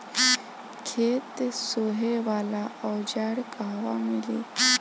खेत सोहे वाला औज़ार कहवा मिली?